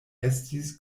estis